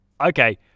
Okay